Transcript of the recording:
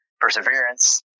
perseverance